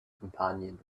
companion